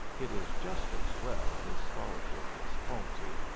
it is just as well his scholarship was faulty,